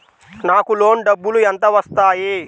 నాకు లోన్ డబ్బులు ఎంత వస్తాయి?